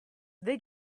they